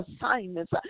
assignments